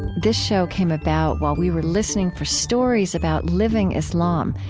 this show came about while we were listening for stories about living islam,